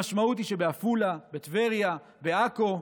המשמעות היא שבעפולה, בטבריה, בעכו,